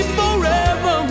forever